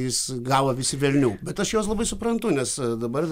jis gavo visi velnių bet aš juos labai suprantu nes dabar